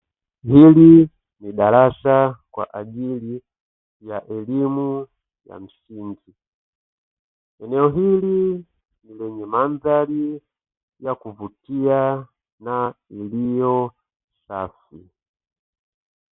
Hili ni darasa kwa ajili ya elimu ya msingi eneo hili lenye mandhari ya kuvutia na iliyo safi.